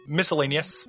miscellaneous